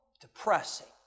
depressing